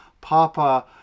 Papa